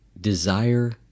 desire